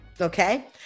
Okay